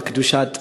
על קדושת הארץ,